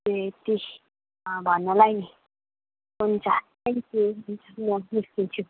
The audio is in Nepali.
ए यति भन्नलाई हुन्छ थ्याङ्क यू म निस्किन्छु